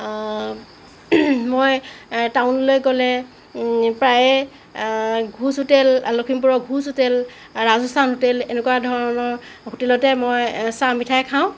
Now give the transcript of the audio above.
মই টাউনলৈ গ'লে প্ৰায়ে ঘোষ হোটেল লখিমপুৰৰ ঘোষ হোটেল ৰাজস্থান হোটেল এনেকুৱা ধৰণৰ হোটেলতে মই চাহ মিঠাই খাওঁ